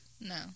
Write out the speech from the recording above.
No